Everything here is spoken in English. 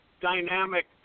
dynamic